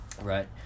right